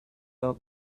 out